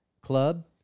club